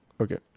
okay